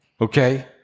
okay